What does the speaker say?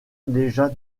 déjà